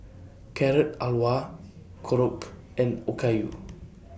Carrot Halwa Korokke and Okayu